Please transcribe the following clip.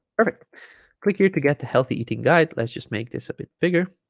perfect click here to get the healthy eating guide let's just make this a bit bigger